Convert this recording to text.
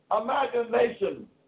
imagination